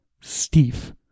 Steve